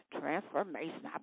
transformation